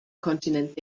kontinent